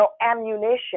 ammunition